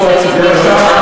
משפט סיכום.